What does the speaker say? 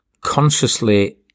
consciously